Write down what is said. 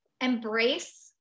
embrace